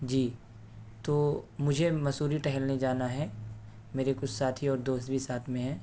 جی تو مجھے مسوری ٹہلنے جانا ہے میرے کچھ ساتھی اور دوست بھی ساتھ میں ہیں